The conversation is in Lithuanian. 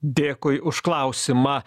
dėkui už klausimą